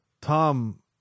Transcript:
Tom